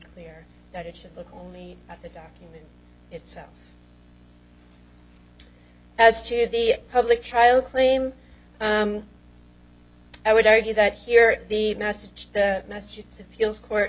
clear that it should look only at the document itself as to the public trial claim i would argue that here the message their message it's appeals court